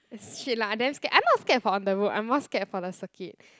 it's shit lah I damn scared I not scared for on the road I more scared for the circuit